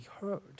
heard